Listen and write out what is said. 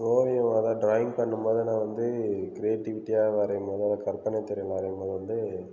ஓவியம் வர ட்ராயிங் பண்ணும்போது நான் வந்து க்ரியேட்டிவிட்டியாக வரையும்போது அதாவது கற்பனைத் திறனில் வரையும்போது வந்து